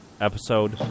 episode